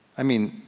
i mean,